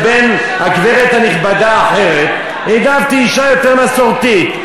בינך לבין הגברת הנכבדה האחרת העדפתי אישה יותר מסורתית,